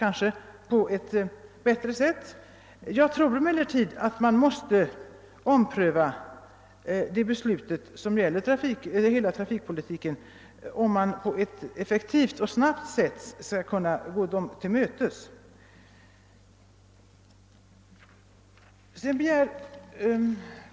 Jag anser emellertid att man måste ompröva det beslut som gäller hela trafikpolitiken, om man effektivt och snabbt skall kunna gå personalen till mötes.